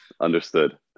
Understood